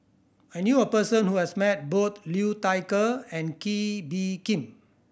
I knew a person who has met both Liu Thai Ker and Kee Bee Khim